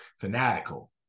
fanatical